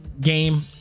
game